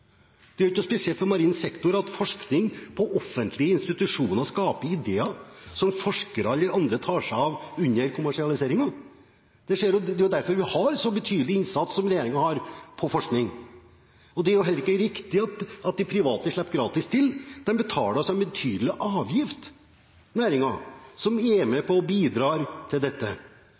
Det er jo ikke noe spesielt for marin sektor. Det er ikke noe spesielt for marin sektor at forskning på offentlige institusjoner skaper ideer som forskere eller andre tar seg av under kommersialiseringen. Det er derfor vi har en så betydelig innsats på forskning som regjeringen har. Det er heller ikke riktig at de private slipper gratis til. Næringen betaler en betydelig avgift, som er med på å bidra til dette.